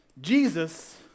Jesus